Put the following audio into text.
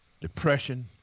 depression